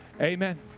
Amen